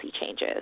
changes